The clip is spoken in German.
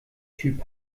typ